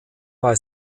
bei